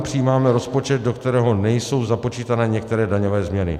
Přijímáme rozpočet, do kterého nejsou započítané některé daňové změny.